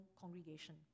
congregation